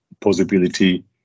possibility